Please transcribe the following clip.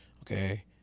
okay